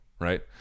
right